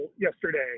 yesterday